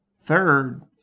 Third